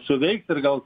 suveiks ir gal